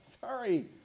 sorry